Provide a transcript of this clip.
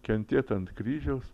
kentėt ant kryžiaus